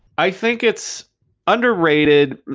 i think it's underrated.